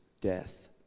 death